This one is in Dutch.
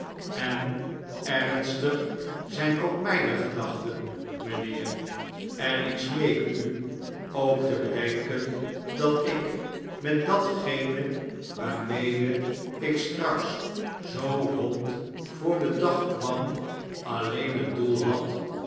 en ernstig zgn ook mgne gedachten mijnheer en ik smeek u ook te bedenken dat ik met datgene waarmede ik straks zoo rond voor den dag kwam alleen het doel had